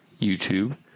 YouTube